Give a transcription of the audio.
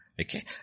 Okay